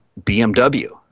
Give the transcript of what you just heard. BMW